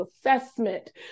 assessment